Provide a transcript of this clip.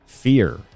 Fear